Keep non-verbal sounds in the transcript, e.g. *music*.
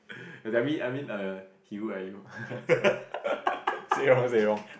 I mean I mean err he look at you *laughs* say wrong say wrong